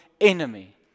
enemy